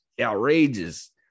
outrageous